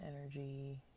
energy